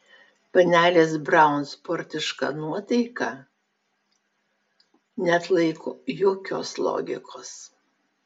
panelės braun sportiška nuotaika neatlaiko jokios logikos